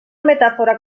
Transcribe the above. metàfora